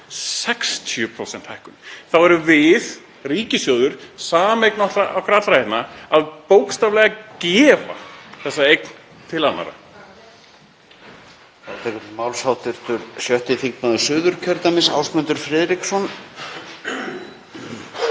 60% hækkun. Þá erum við, ríkissjóður, sameign okkar allra hérna, bókstaflega að gefa þessa eign til annarra.